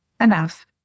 enough